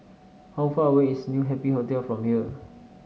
how far away is New Happy Hotel from here